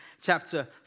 chapter